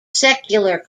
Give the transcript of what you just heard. secular